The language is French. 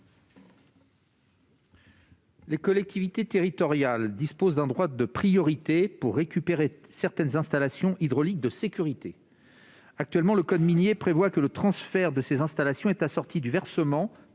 Les collectivités territoriales disposent d'un droit de priorité pour récupérer certaines installations hydrauliques de sécurité. Actuellement, le code minier prévoit que le transfert de ces installations est assorti du versement,